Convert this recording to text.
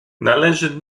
należy